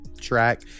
track